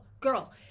girl